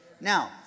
Now